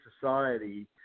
society